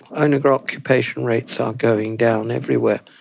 owner occupation rates are going down everywhere.